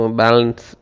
balance